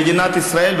מדינת ישראל,